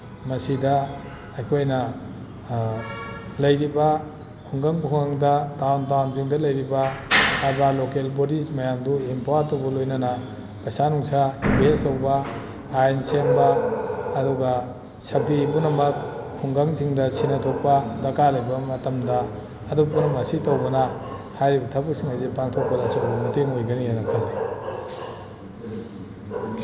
ꯃꯁꯤꯗ ꯑꯩꯈꯣꯏꯅ ꯂꯩꯔꯤꯕ ꯈꯨꯡꯒꯪ ꯈꯨꯡꯒꯪꯗ ꯇꯥꯎꯟ ꯇꯥꯎꯟꯁꯤꯡꯗ ꯂꯩꯔꯤꯕ ꯑꯔꯕꯥꯟ ꯂꯣꯀꯦꯜ ꯕꯣꯗꯤꯁ ꯃꯌꯥꯝꯗꯨ ꯏꯝꯄꯥꯋꯔ ꯇꯧꯕ ꯂꯣꯏꯅꯅ ꯄꯩꯁꯥ ꯅꯨꯡꯁꯥ ꯏꯟꯚꯦꯁ ꯇꯧꯕ ꯑꯥꯏꯟ ꯁꯦꯝꯕ ꯑꯗꯨꯒ ꯁꯔꯚꯦ ꯄꯨꯝꯅꯃꯛ ꯈꯨꯡꯒꯪꯁꯤꯡꯗ ꯁꯤꯟꯅꯊꯣꯛꯄ ꯗꯔꯀꯥꯔ ꯂꯩꯕ ꯃꯇꯝꯗ ꯑꯗꯨ ꯄꯨꯝꯅꯃꯛ ꯑꯁꯤ ꯇꯧꯕꯅ ꯍꯥꯏꯔꯤꯕ ꯊꯕꯛꯁꯤꯡ ꯑꯁꯤ ꯄꯥꯡꯊꯣꯛꯄꯗ ꯑꯆꯧꯕ ꯃꯇꯦꯡ ꯑꯣꯏꯒꯅꯤꯅ ꯈꯜꯂꯤ